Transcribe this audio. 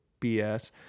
BS